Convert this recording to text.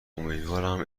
امیدوارم